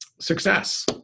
success